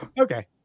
Okay